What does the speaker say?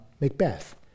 Macbeth